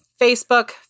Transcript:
Facebook